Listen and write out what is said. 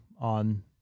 on